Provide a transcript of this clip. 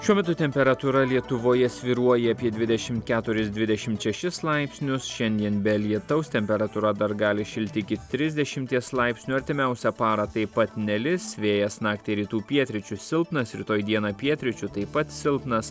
šiuo metu temperatūra lietuvoje svyruoja apie dvidešimt keturis dvidešimt šešis laipsnius šiandien be lietaus temperatūra dar gali šilti iki trisdešimties laipsnių artimiausią parą taip pat nelis vėjas naktį rytų pietryčių silpnas rytoj dieną pietryčių taip pat silpnas